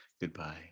goodbye